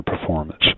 performance